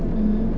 mmhmm